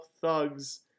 thugs